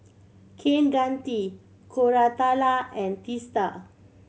Kaneganti Koratala and Teesta